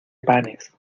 panes